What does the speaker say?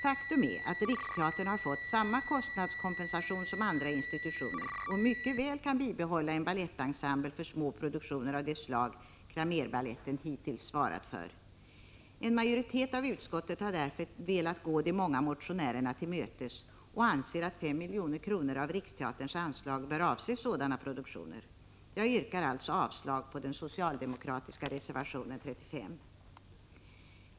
Faktum är att Riksteatern fått samma kostnadskompensation som andra institutioner och mycket väl kan bibehålla en balettensemble för små produktioner av det slag Cramérbaletten hittills svarat för. En majoritet i utskottet har därför velat gå de många motionärerna till mötes och anser att 5 milj.kr. av Riksteaterns anslag bör avse sådana produktioner. Jag yrkar avslag på den socialdemokratiska reservationen nr 35.